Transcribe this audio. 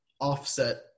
offset